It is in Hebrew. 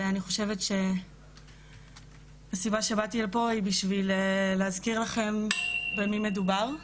ואני חושבת שהסיבה שבאתי לפה היא בשביל להזכיר לכם במי מדובר.